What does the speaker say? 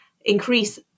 increase